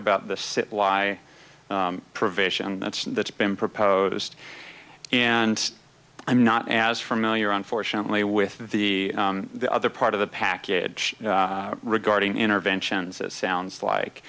about the sit lie provision that's that's been proposed and i'm not as familiar unfortunately with the the other part of the package regarding interventions it sounds like